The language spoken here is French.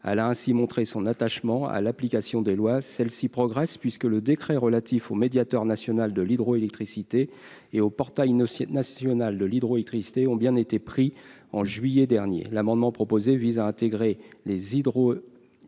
la ainsi montrer son attachement à l'application des lois, celle-ci progresse puisque le décret relatif au médiateur national de l'hydroélectricité et au portail national de l'hydroélectricité ont bien été pris en juillet dernier l'amendement proposé vise à intégrer les hydro-le